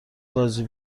بازی